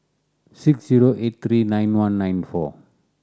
six zero eight three nine one nine four